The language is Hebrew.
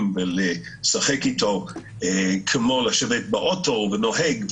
ולשחק איתו כמו לשבת באוטו ולנהוג.